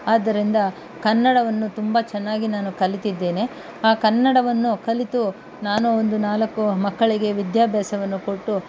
ಆದ್ದರಿಂದ ಕನ್ನಡವನ್ನು ತುಂಬ ಚೆನ್ನಾಗಿ ನಾನು ಕಲಿತಿದ್ದೇನೆ ಆ ಕನ್ನಡವನ್ನು ಕಲಿತು ನಾನು ಒಂದು ನಾಲ್ಕು ಮಕ್ಕಳಿಗೆ ವಿದ್ಯಾಭ್ಯಾಸವನ್ನು ಕೊಟ್ಟು